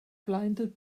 blinded